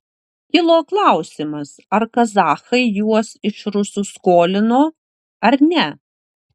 kilo klausimas ar kazachai juos iš rusų skolino ar ne